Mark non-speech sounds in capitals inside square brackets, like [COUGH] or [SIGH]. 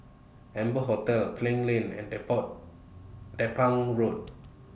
Amber Hotel Klang Lane and Depot [UNINTELLIGIBLE] Road